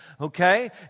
Okay